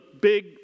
big